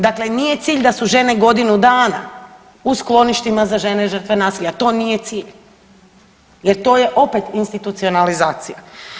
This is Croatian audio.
Dakle, nije cilj da su žene godinu dana u skloništima za žene žrtve nasilja, to nije cilj jer to je opet institucionalizacija.